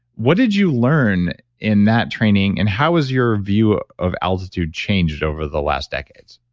what did you learn in that training and how was your view of altitude changes over the last decades?